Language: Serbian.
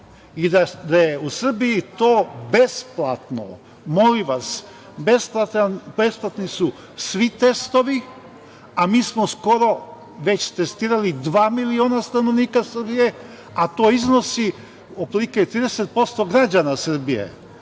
i da je u Srbiji to besplatno. Molim vas, besplatni su svi testovi, a mi smo skoro već testirali dva miliona stanovnika Srbije, a to iznosi otprilike 30% građana Srbije.